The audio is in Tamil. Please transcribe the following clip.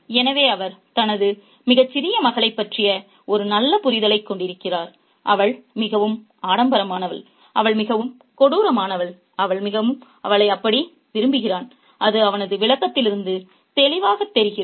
எனவே அவர் தனது மிகச் சிறிய மகளைப் பற்றிய ஒரு நல்ல புரிதலைக் கொண்டிருக்கிறார் அவள் மிகவும் ஆடம்பரமானவள் அவள் மிகவும் கொடூரமானவள் அவன் அவளை அப்படி விரும்புகிறான் அது அவனது விளக்கத்திலிருந்து தெளிவாகத் தெரிகிறது